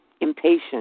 impatient